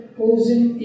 posing